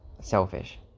selfish